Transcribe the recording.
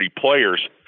players